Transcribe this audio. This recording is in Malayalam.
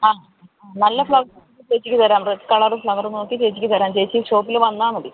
അ നല്ല ഫ്ലവർ നോക്കി ചേച്ചിക്ക് തരാം റെഡ് കളർ ഫ്ലവർ നോക്കി ചേച്ചിക്ക് തരാം ചേച്ചി ഷോപ്പിൽ വന്നാൽ മതി